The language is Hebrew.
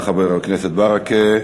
תודה, חבר הכנסת ברכה.